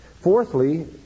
Fourthly